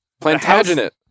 Plantagenet